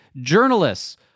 journalists